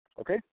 okay